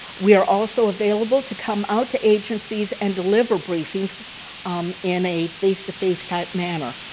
we are also available to come out to agencies and deliver briefings in a face-to-face type manner.